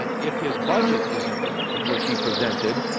ah if his budget is implemented, which he presented,